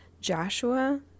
Joshua